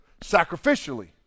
sacrificially